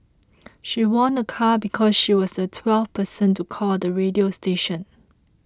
she won a car because she was the twelfth person to call the radio station